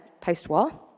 post-war